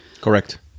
Correct